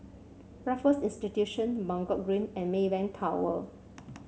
Raffles Institution Buangkok Green and Maybank Tower